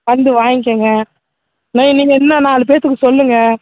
வந்து வாங்கிக்கங்க நீங்கள் இன்னும் நாலு பேற்றுக்கு சொல்லுங்க